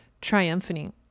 triumphing